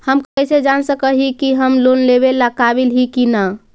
हम कईसे जान सक ही की हम लोन लेवेला काबिल ही की ना?